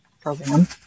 program